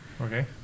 Okay